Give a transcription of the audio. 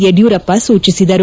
ಯಡಿಯೂರಪ್ಪ ಸೂಚಿಸಿದರು